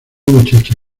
muchacha